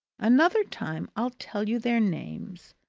another time, i'll tell you their names.